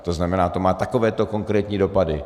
To znamená, že to má takovéto konkrétní dopady.